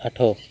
ଆଠ